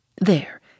There